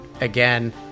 again